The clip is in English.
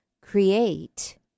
create